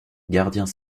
gardiens